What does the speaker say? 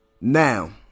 Now